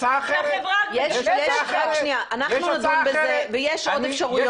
אנחנו נדון, יש עוד אפשרויות.